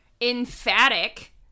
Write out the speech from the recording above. emphatic